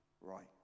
right